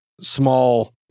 small